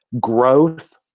growth